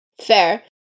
Fair